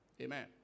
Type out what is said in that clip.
Amen